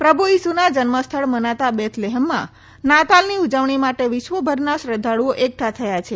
પ્રભુ ઇસુના જન્મસ્થળ મનાતા બેથ્લેહમમાં નાતાલની ઉજવણી માટે વિશ્વભરના શ્રદ્વાળુઓ એકઠા થયા છે